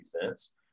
defense